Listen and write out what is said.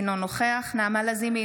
אינו נוכח נעמה לזימי,